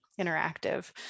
interactive